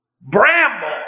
bramble